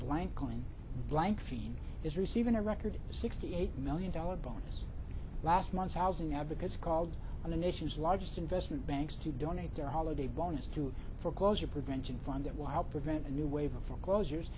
blankfein blank field is receiving a record sixty eight million dollars bonus last month housing advocates called on the nation's largest investment banks to donate their holiday bonus to foreclosure prevention fund that will help prevent a new wave of foreclosures